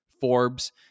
Forbes